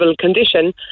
condition